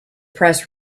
press